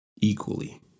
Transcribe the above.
Equally